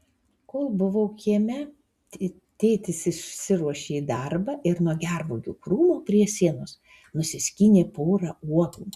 kol buvau kieme tėtis išsiruošė į darbą ir nuo gervuogių krūmo prie sienos nusiskynė porą uogų